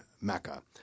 Mecca